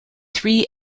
three